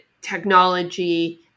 technology